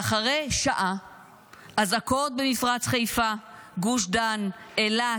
ואחרי שעה אזעקות במפרץ חיפה, גוש דן, אילת.